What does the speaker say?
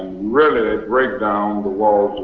really break down the walls